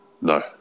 No